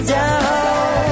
down